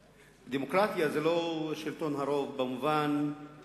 דמוקרטיה זה לא שלטון הרוב במובן של